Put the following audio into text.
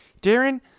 Darren